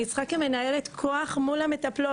אני צריכה כמנהלת כוח מול המטפלות,